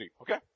Okay